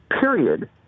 period